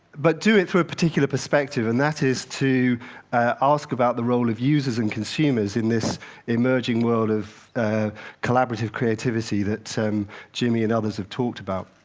but do it through a particular perspective, and that is to ask about the role of users and consumers in this emerging world of collaborative creativity that so jimmy and others have talked about.